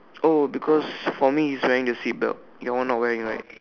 oh because for me he is wearing the seatbelt your one not wearing right